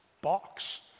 box